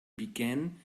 begin